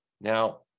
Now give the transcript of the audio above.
Now